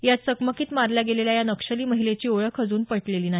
या चकमकीत मारल्या गेलेल्या या नक्षली महिलेची ओळख अजून पटलेली नाही